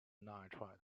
nitride